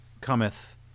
cometh